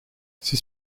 ces